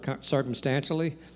circumstantially